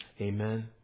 Amen